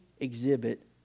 exhibit